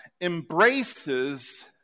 embraces